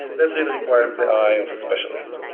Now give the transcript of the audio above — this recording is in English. that really requires the eye of a specialist.